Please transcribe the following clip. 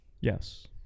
yes